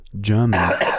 German